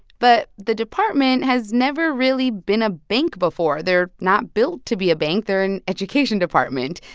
but the department has never really been a bank before. they're not built to be a bank. they're an education department.